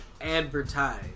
Advertise